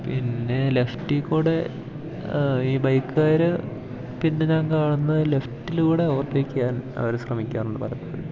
പിന്നെ ലെഫ്റ്റിൽ കൂടി ഈ ബൈക്കുകാർ പിന്നെ ഞാൻ കാണുന്നത് ലെഫ്റ്റിലൂടെ ഓവർ ടേക്ക് ചെയ്യാൻ അവർ ശ്രമിക്കാറുണ്ട് പലപ്പോഴും